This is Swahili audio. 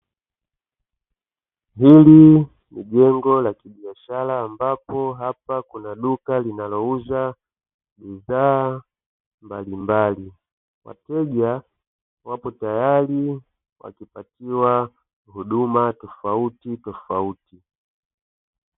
Hili ni jengo la kibiashara ambapo hapa kuna duka linalouza bizaa mbalimbali. Wateja wapo tayari wakipatiwa huduma tofautitofauti.